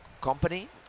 company